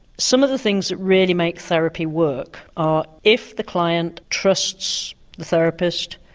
some of the things that really make therapy work are if the client trusts the therapist,